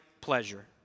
pleasure